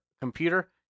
computer